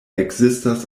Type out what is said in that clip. ekzistas